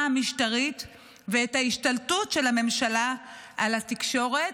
המשטרית ואת ההשתלטות של הממשלה על התקשורת,